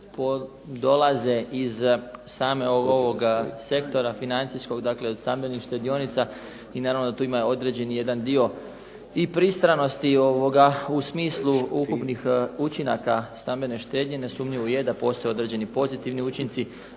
dolaze iz samog sektora financijskog, dakle od stambenih štedionica i naravno da tu ima određen jedan dio i pristranosti u smislu ukupnih učinaka stambene štednje. Nesumnjivo je da postoje određeni pozitivni učinci,